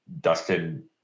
Dustin